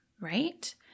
right